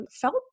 felt